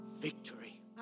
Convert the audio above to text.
victory